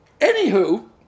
Anywho